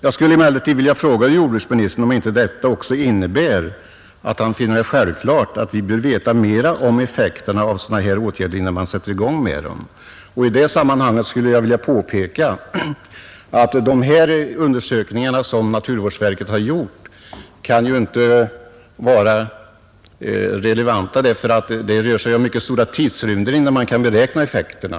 Jag skulle emellertid vilja fråga jordbruksministern om inte detta också innebär att han finner ,det självklart att vi bör veta mer om effekterna av sådana här åtgärder innan man sätter i gång med dem. I det sammanhanget skulle jag vilja påpeka att de undersökningar som 25 naturvårdsverket har gjort inte kan vara relevanta, ty det rör sig om mycket stora tidsrymder innan man kan beräkna effekterna.